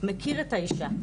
מכיר את האישה,